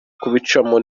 kubicamo